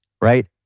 right